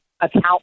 account